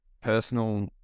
personal